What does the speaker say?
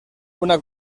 una